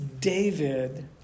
David